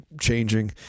changing